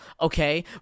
okay